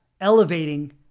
elevating